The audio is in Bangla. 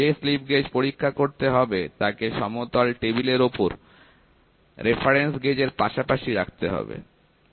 যে স্লিপ গেজ পরীক্ষা করতে হবে তাকে সমতল টেবিলের উপর রেফারেন্স গেজ এর পাশাপাশি রাখতে হবে